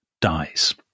dies